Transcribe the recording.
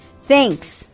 Thanks